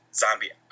zombie